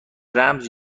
رمز